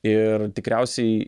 ir tikriausiai